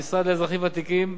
המשרד לאזרחים ותיקים,